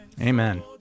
Amen